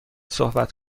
صحبت